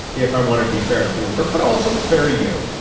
if i wanted to be fair to bloomberg, but also fair to you,